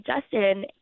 Justin